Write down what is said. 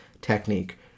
technique